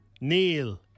Neil